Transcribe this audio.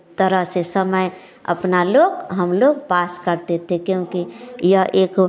तरह समय अपना लोग हम लोग पास करते थे क्योंकि यह एक